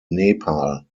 nepal